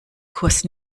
kurs